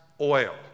oil